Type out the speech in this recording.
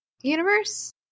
universe